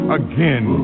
again